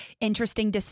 interesting